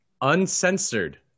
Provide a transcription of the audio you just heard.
Uncensored